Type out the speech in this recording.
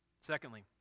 Secondly